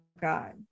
God